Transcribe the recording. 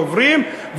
דוברים,